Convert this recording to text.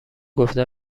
گفته